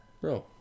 bro